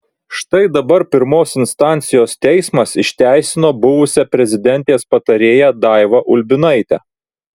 štai dabar pirmos instancijos teismas išteisino buvusią prezidentės patarėją daivą ulbinaitę